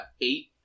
Eight